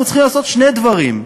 אנחנו צריכים לעשות שני דברים: